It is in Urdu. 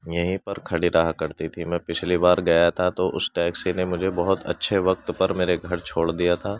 یہیں پر کھڑی رہا کرتی تھی میں پچھلی بار گیا تھا تو اس ٹیکسی نے مجھے بہت اچھے وقت پر میرے گھر چھوڑ دیا تھا